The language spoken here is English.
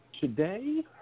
Today